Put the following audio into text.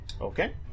Okay